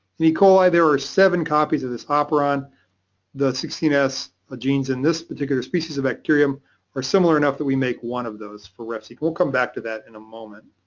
in e. coli there are seven copies of this operon. the sixteen s ah genes in this particular species of bacterium are similar enough that we make one of those for refseq. we'll come back to that in a moment.